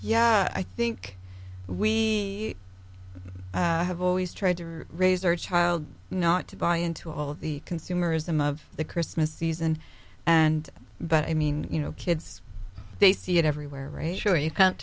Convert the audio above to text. yeah i think we have always tried to raise our child not to buy into all the consumerism of the christmas season and but i mean you know kids they see it everywhere ratio you can't